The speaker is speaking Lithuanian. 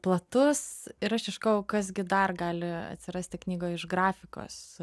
platus ir aš ieškau kas gi dar gali atsirasti knygoj iš grafikos